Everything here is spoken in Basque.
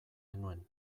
genuen